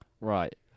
Right